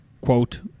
quote